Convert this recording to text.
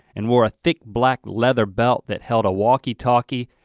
and wore a thick black leather belt that held a walkie talkie,